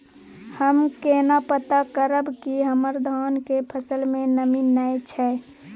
हम केना पता करब की हमर धान के फसल में नमी नय छै?